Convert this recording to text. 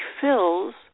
fills